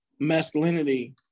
masculinity